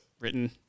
written